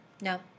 No